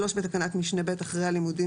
בתקנת משנה ב' במקום אחרי הלימודים,